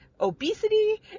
obesity